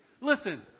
Listen